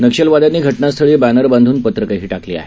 नक्षलवादयानी घ नास्थळी बॅनर बांधून पत्रकंही शाकली आहेत